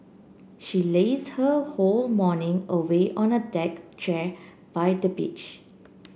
she laze her whole morning away on a deck chair by the beach